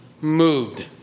moved